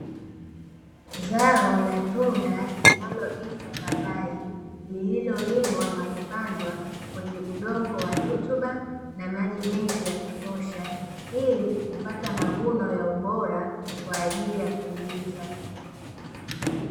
Zao la tunda linaloitwa papai, lililolimwa na kupandwa kwenye udongo wa rutuba na maji mengi ya kutosha, ili kupata mavuno ya ubora kwa ajili ya kuuza.